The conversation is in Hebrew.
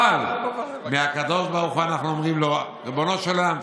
אבל לקדוש ברוך הוא אנחנו אומרים: ריבונו של עולם,